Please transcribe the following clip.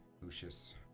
Lucius